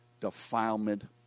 defilement